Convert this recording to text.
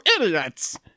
idiots